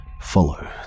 Follow